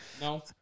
No